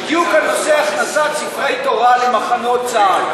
בדיוק על נושא הכנסת ספרי תורה למחנות צה"ל.